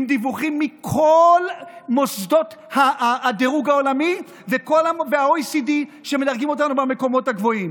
מכל מוסדות הדירוג העולמי וה-OECD שמדרגים אותנו במקומות הגבוהים.